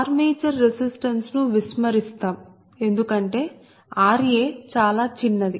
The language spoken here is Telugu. ఆర్మేచర్ రెసిస్టన్స్ ను విస్మరిస్తాం ఎందుకంటే ra చాలా చిన్నది